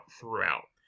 throughout